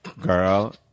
girl